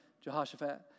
Jehoshaphat